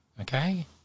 Okay